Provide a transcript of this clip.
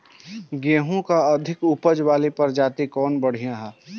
गेहूँ क अधिक ऊपज वाली प्रजाति कवन बढ़ियां ह?